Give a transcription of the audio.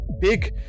big